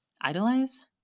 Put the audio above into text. idolize